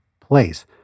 place